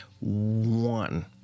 one